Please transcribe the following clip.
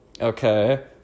okay